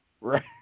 Right